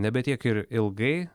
nebe tiek ir ilgai